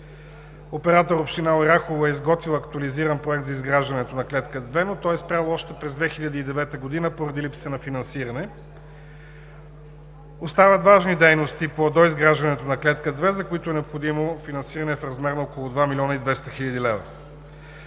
Оператор община Оряхово е изготвила актуализиран проект за изграждането на клетка две, но той е спрял още през 2009 г., поради липса на финансиране. Остават важни дейности по доизграждането на клетка две, за която е необходимо финансиране в размер на около 2 млн. 200 хил. лв.